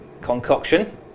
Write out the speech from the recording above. concoction